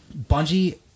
Bungie